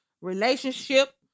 relationship